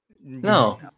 No